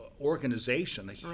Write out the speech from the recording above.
organization